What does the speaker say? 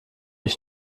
ich